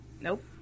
Nope